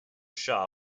shah